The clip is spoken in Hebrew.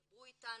דברו איתנו,